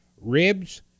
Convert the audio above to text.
ribs